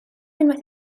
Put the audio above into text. unwaith